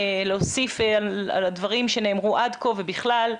להוסיף על הדברים שנאמרו עד כה ובכלל.